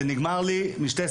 זה נגמר לי משתי סיבות: